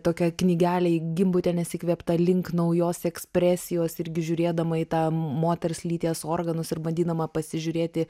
tokią knygelę gimbutienės įkvėpta link naujos ekspresijos irgi žiūrėdama į tą moters lyties organus ir bandydama pasižiūrėti